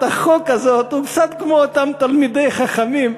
החוק הזאת הוא קצת כמו אותם תלמידי חכמים,